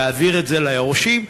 להעביר את זה ליורשים,